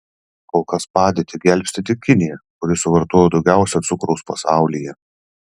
kol kas padėtį gelbsti tik kinija kuri suvartoja daugiausiai cukraus pasaulyje